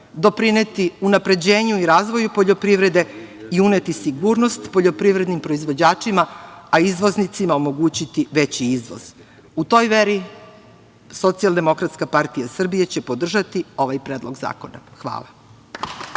doprineti unapređenju i razvoju poljoprivrede i uneti sigurnost poljoprivrednim proizvođačima, a izvoznicima omogućiti veći izvoz.U toj veri SDPS će podržati ovaj predlog zakona. Hvala.